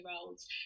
olds